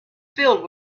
filled